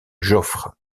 joffre